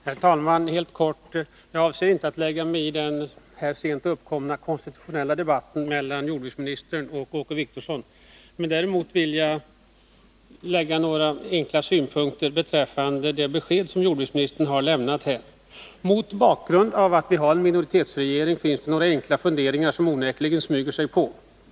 Herr talman! Jag avser inte att lägga mig i den sent uppkomna konstitutionella debatten mellan jordbruksministern och Åke Wictorsson. Däremot vill jag framföra några enkla synpunkter beträffande det besked som jordbruksministern har lämnat här. Mot bakgrund av att vi har en minoritetsregering är det några enkla funderingar som onekligen smyger sig på.